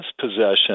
possession